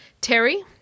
Terry